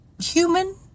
human